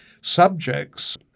subjects